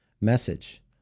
message